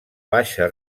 baixa